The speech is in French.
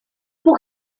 pour